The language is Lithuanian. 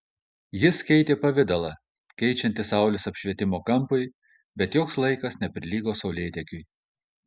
jis keitė pavidalą keičiantis saulės apšvietimo kampui bet joks laikas neprilygo saulėtekiui